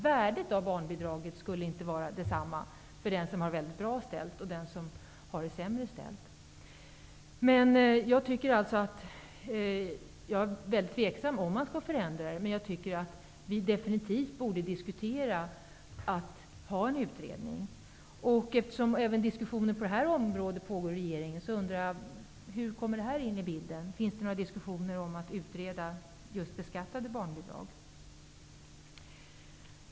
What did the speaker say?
Värdet av barnbidraget skulle inte vara lika stort för den som har det mycket bra ställt och för den som har det sämre ställt. Jag är mycket tveksam till om man skall förändra bidraget. Jag tycker dock att vi definitivt borde diskutera en utredning. Eftersom diskussioner även på det här området pågår i regeringen undrar jag hur det här kommer in i bilden. Finns det några diskussioner om att utreda just beskattade barnbidrag?